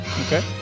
Okay